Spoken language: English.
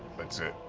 that's it.